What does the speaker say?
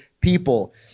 people